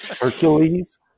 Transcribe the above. Hercules